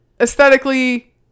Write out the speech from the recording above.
aesthetically